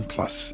Plus